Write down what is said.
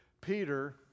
Peter